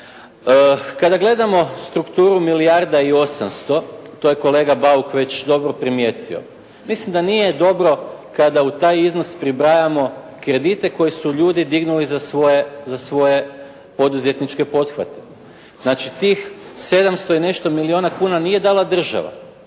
Kada gledamo strukturu milijarda i 800, to je kolega Bauk dobro primijetio, mislim da nije dobro kada u taj iznos pribrajamo kredite koji su ljudi dignuli za svoje poduzetničke pothvate. Znači tih 700 i nešto milijuna kuna nije dala država.